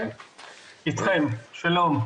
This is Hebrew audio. אתכם, שלום.